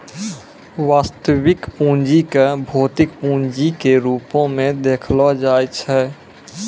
वास्तविक पूंजी क भौतिक पूंजी के रूपो म देखलो जाय छै